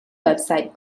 website